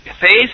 face